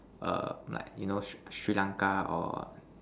err like you know Sri~ Sri-lanka or